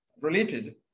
related